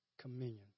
communion